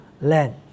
land